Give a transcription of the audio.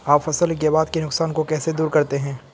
आप फसल के बाद के नुकसान को कैसे दूर करते हैं?